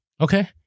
Okay